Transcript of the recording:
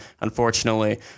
unfortunately